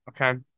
okay